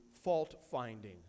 fault-finding